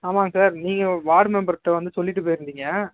ஆமாம்ங்க சார் நீங்கள் வார்டு மெம்பர்கிட்ட வந்து சொல்லிவிட்டு போய்ருந்திங்க